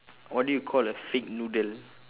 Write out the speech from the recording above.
what do you call a fake noodle